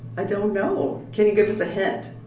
i don't know, can you give us a hint?